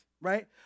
right